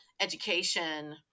education